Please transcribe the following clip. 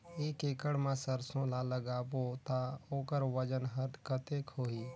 एक एकड़ मा सरसो ला लगाबो ता ओकर वजन हर कते होही?